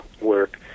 work